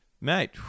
mate